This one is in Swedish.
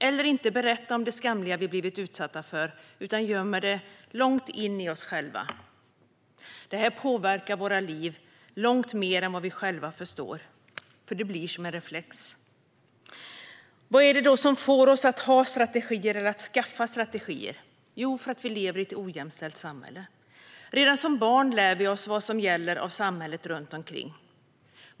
Eller att inte berätta om det skamliga vi blivit utsatta för, utan det gömmer vi långt in i oss själva. Det påverkar våra liv långt mer än vad vi själva förstår. Det blir som en reflex. Vad är det då som får oss att skaffa strategier? Jo, att vi lever i ett ojämställt samhälle. Redan som barn lär vi oss vad som gäller av samhället runt omkring oss.